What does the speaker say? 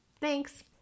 Thanks